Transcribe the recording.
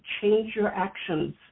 change-your-actions